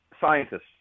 scientists